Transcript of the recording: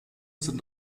sind